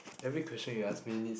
every question you ask me needs